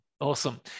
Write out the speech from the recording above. awesome